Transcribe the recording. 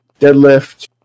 deadlift